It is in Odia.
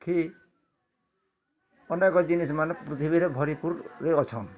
ଖୀ ଅନେକ୍ ଜିନିଷ୍ ମାନେ ପୃଥିବୀରେ ଭରିପୁରରେ ଅଛନ୍